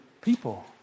people